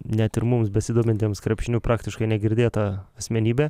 net ir mums besidomintiems krepšiniu praktiškai negirdėta asmenybė